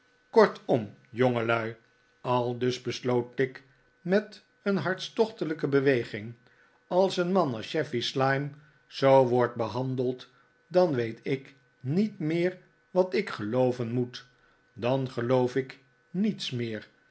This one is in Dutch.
kortom jongelui aldus besloot tigg met een hartstochtelijke beweging als een man als chevy slyme zoo wordt behandeld dan weet ik niet meer wat ik gelooven moet dan geloof ik niets meer